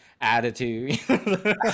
attitude